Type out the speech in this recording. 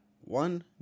one